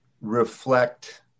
reflect